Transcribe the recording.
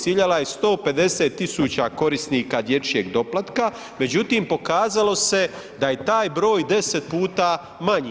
Ciljala je 150000 korisnika dječjeg doplatka, međutim pokazalo se da je taj broj 10 puta manji.